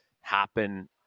happen